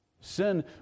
Sin